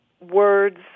words